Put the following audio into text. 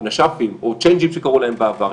או צ'יינג'ים כפי שקראו להם בדבר,